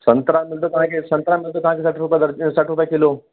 संतरा मिलंदव तव्हांखे संतरा मिलंदव तव्हांखे सठ रुपए दर्जन सठ रुपए किलो